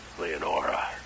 Leonora